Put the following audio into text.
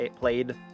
played